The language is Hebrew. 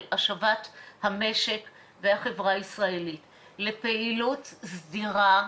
השבת המשק והחברה הישראלית לפעילות סדירה,